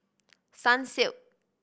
sunsilk